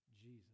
Jesus